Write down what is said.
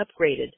upgraded